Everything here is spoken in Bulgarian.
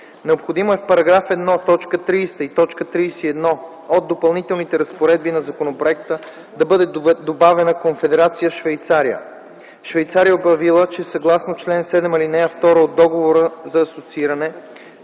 необходимо е в § 1, т. 30 и т. 31 от Допълнителните разпоредби на законопроекта да бъде добавена Конфедерация Швейцария. Швейцария е обявила, че съгласно чл. 7, ал. 2 от Договора за асоцииране